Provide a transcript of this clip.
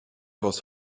was